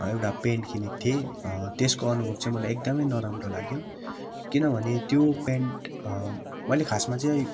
एउटा पेन्ट किनेको थिएँ त्यसको अनुभव चाहिँ मलाई एकदमै नराम्रो लाग्यो किनभने त्यो पेन्ट मैले खासमा चाहिँ